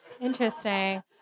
Interesting